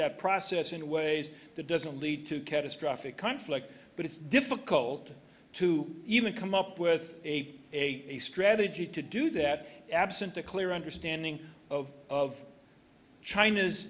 that process in ways that doesn't lead to catastrophic conflict but it's difficult to even come up with a a strategy to do that absent a clear understanding of china's